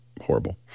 horrible